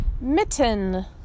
Mitten